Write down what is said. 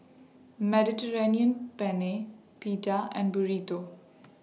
Mediterranean Penne Pita and Burrito